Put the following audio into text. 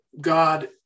God